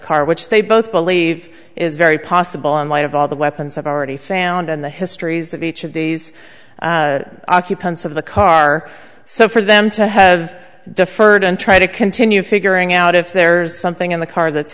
car which they both believe is very possible in light of all the weapons i've already found on the histories of each of these occupants of the car so for them to have deferred and try to continue figuring out if there's something in the car that's